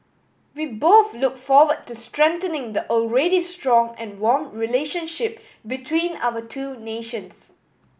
we both look forward to strengthening the already strong and warm relationship between our two nations